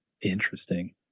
interesting